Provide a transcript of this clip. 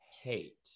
hate